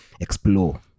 explore